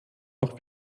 auch